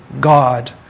God